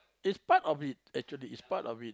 it's part of it actually it's part of it